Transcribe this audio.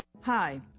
Hi